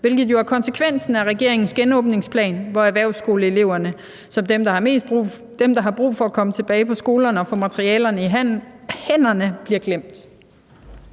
hvilket jo er konsekvensen af regeringens genåbningsplan, hvor erhvervsskoleeleverne, som er dem, der har brug for at komme tilbage på skolerne og få materialerne i hænderne, bliver glemt?